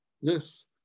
Yes